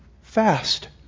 fast